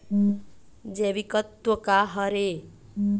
जैविकतत्व का हर ए?